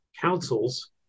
councils